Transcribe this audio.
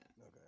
Okay